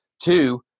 Two